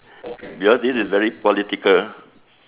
because this is very political